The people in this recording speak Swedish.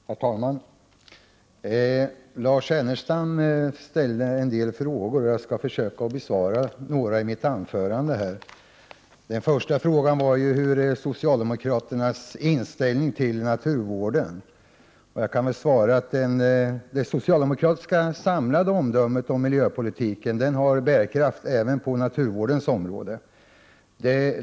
Herr talman! Lars Ernestam ställde en del frågor. Jag skall försöka besvara några i mitt anförande. Den första frågan gällde socialdemokraternas inställning till naturvården. Jag kan svara att det socialdemokratiska samlade omdömet om miljöpolitiken har bärkraft även på naturvårdens område.